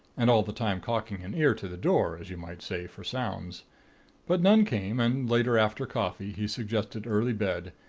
and all the time cocking an ear to the door, as you might say, for sounds but none came, and later, after coffee, he suggested early bed,